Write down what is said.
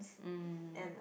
um